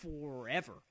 forever